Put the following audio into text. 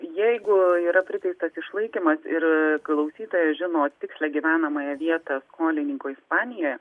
jeigu yra priteistas išlaikymas ir klausytoja žino tikslią gyvenamąją vietą skolininko ispanijoje